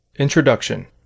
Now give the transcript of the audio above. Introduction